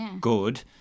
good